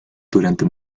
durante